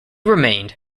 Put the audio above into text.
remained